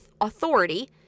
authority